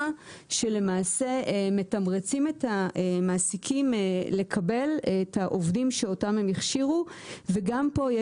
שלמעשה מתמרצים את המעסיקים לקבל את העובדים שאותם הם הכשירו וגם פה,